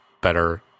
better